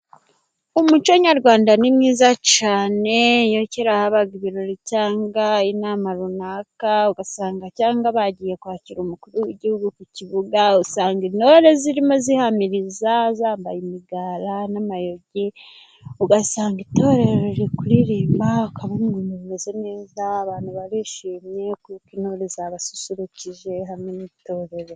Umuco nyarwanda ni mwiza cyane. Iyo kera habaga ibirori cyangwa inama runaka, ugasanga cyangwa bagiye kwakira umukuru w'Igihugu ku kibuga, usanga intore zirimo zihamiriza zambaye imigara n'amayugi, ugasanga itorero riri kuririmba, ukabona ibintu bimeze neza, abantu barishimye kuko intore zabasusurukije hamwe n'itorero.